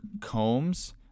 Combs